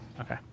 Okay